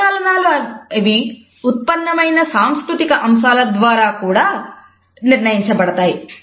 కరచాలనాలు అవి ఉత్పన్నమైన సాంస్కృతిక అంశాల ద్వారా కూడా నిర్ణయించబడతాయి